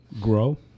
grow